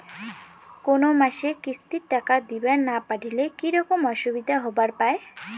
কোনো মাসে কিস্তির টাকা দিবার না পারিলে কি রকম অসুবিধা হবার পায়?